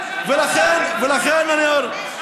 ולכן אני אומר,